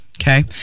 Okay